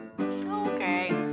okay